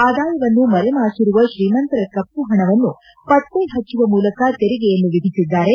ಆದಾಯವನ್ನು ಮರೆಮಾಚಿರುವ ತ್ರೀಮಂತರ ಕಪ್ಪುಪಣವನ್ನು ಪತ್ತೆ ಪಚ್ಚಿವ ಮೂಲಕ ತೆರಿಗೆಯನ್ನು ವಿಧಿಸಿದ್ದಾರೆ